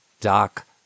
Doc